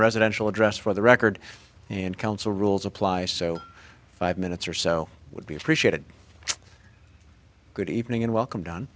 residential address for the record and council rules apply so five minutes or so would be appreciated good evening and welcome do